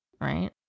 right